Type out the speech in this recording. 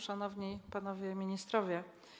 Szanowni Panowie Ministrowie!